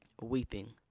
Weeping